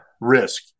risk